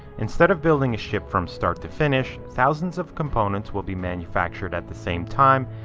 instead of building a ship from start to finish, thousands of components will be manufactured at the same time,